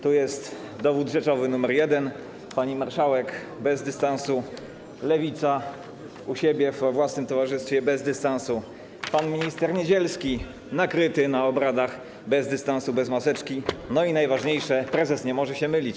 Tu jest dowód rzeczowy numer jeden, pani marszałek bez dystansu, Lewica u siebie we własnym towarzystwie bez dystansu, pan minister Niedzielski nakryty na obradach bez dystansu i bez maseczki, i najważniejsze - prezes nie może się mylić.